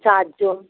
চারজন